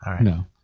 No